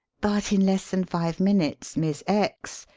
but in less than five minutes miss x,